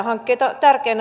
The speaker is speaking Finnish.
arvoisa puhemies